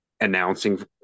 announcing